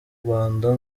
rwanda